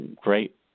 great